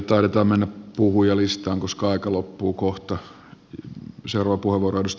taidetaan mennä puhujalistaan koska aika loppuu kohta